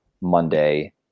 monday